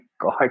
God